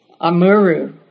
Amuru